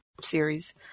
series